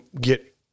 get